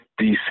DC